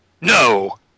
No